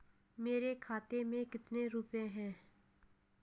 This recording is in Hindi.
मेरे खाते में कितने रुपये हैं?